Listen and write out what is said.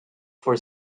for